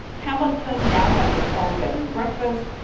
hamilton now has its own bed and breakfast,